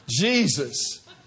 Jesus